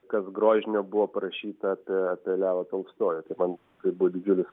kas grožinio buvo parašyta apie apie levą tolstojų tai man tai buvo didžiulis